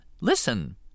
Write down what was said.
listen